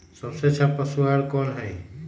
सबसे अच्छा पशु आहार कोन हई?